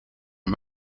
van